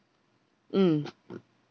mm